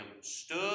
stood